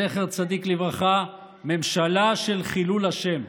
זכר צדיק לברכה, ממשלה של חילול השם.